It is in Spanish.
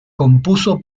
compuso